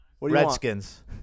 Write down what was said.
Redskins